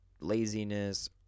laziness